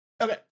Okay